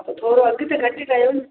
हा त थोरो अघि त घटि कयो न